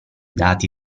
dati